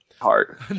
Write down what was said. heart